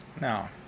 Now